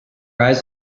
eyes